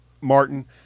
Martin